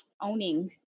owning